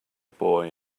boy